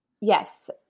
Yes